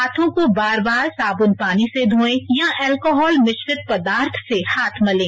हांथों को बार बार साबून पानी से धोएं या अल्कोहल मिश्रित पदार्थ से हाथ मलें